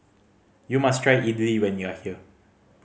you must try Idili when you are here